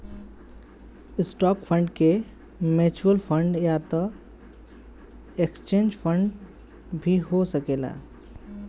stock fund के mutual fund या त एक्सचेंज ट्रेड फंड भी हो सकेला